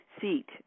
seat